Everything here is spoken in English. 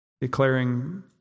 declaring